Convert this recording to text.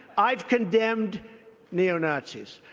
i've condemned neo-nazis.